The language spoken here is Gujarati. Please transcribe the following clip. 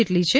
જેટલી છે